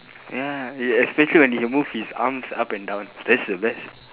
ya especially when he move his arms up and down that's the best